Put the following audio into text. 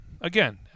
again